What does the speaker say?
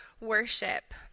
worship